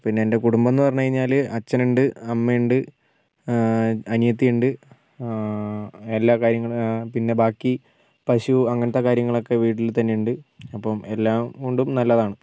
പിന്നെ എൻ്റെ കുടുംബം എന്നു പറഞ്ഞു കഴിഞ്ഞാൽ അച്ഛനുണ്ട് അമ്മയുണ്ട് അനിയത്തിയുണ്ട് എല്ലാ കാര്യങ്ങളും പിന്നെ ബാക്കി പശു അങ്ങനത്തെ കാര്യങ്ങളൊക്കെ വീട്ടിൽ തന്നെയുണ്ട് അപ്പം എല്ലാം കൊണ്ടും നല്ലതാണ്